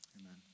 amen